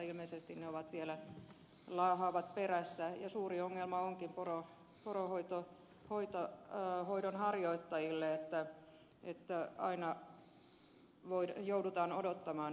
ilmeisesti ne vielä laahaavat perässä ja suuri ongelma onkin poronhoidon harjoittajille että aina joudutaan odottamaan näitä korvauksia